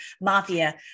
mafia